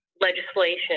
legislation